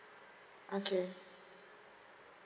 okay